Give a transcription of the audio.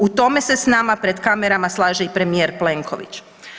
U tome se s nama pred kamerama slaže i premijer Plenković.